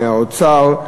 מהאוצר,